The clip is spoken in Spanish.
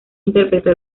interpretó